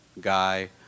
guy